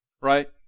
Right